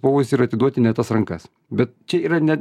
pavojus yra atiduoti ne į tas rankas bet čia yra ne